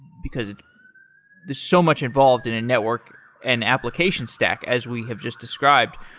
because there's so much involved in a network and application stack as we have just described.